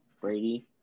Brady